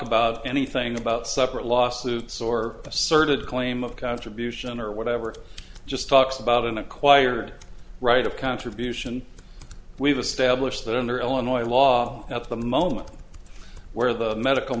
about anything about separate lawsuits or asserted claim of contribution or whatever just talks about an acquired right of contribution we've established that under illinois law at the moment where the medical